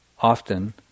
often